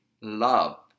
love